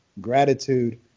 gratitude